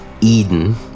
Eden